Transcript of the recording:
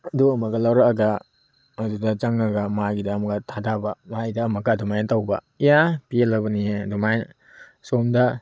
ꯑꯗꯨꯒꯨꯝꯕꯒ ꯂꯧꯔꯛꯂꯒ ꯑꯗꯨꯒ ꯆꯪꯂꯕ ꯃꯥꯒꯤꯗ ꯑꯃꯨꯛꯀ ꯊꯥꯗꯕ ꯃꯥꯒꯤꯗ ꯑꯃꯨꯛꯀ ꯑꯗꯨꯃꯥꯏꯅ ꯇꯧꯕ ꯏꯌꯥ ꯄꯦꯜꯂꯕꯅꯤꯍꯦ ꯑꯗꯨꯝꯥꯏꯅ ꯁꯣꯝꯗ